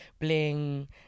bling